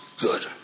good